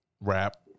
Rap